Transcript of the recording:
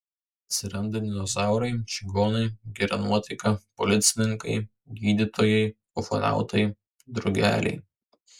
atsiranda dinozaurai čigonai gera nuotaika policininkai gydytojai ufonautai drugeliai